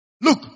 Look